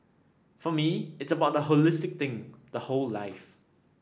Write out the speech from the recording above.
for me it's about the holistic thing the whole life